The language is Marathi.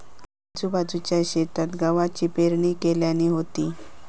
आजूबाजूच्या शेतात गव्हाची पेरणी केल्यानी होती